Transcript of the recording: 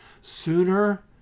Sooner